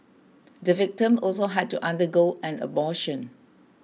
the victim also had to undergo an abortion